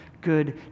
good